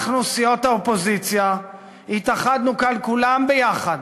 אנחנו, סיעות האופוזיציה, התאחדנו כאן כולן ביחד,